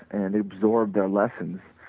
and observe their lessons,